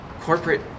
Corporate